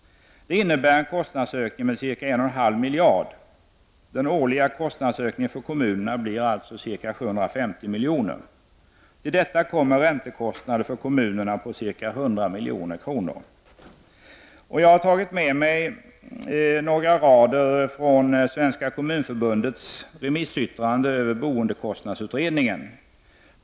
Det innebär en kostnadsökning med ca 1,5 miljarder kronor. Den årliga kostnadsökningen för kommunerna blir alltså 750 miljoner. Till detta kommer räntekostnader för kommunerna på ca 100 milj.kr. Jag har tagit med mig några rader från Svenska kommunförbundets remissyttrande över boendekostnadsutredningen.